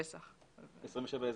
יום שישי.